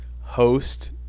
host